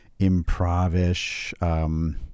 improvish